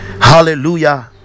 Hallelujah